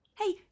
Hey